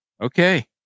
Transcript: Okay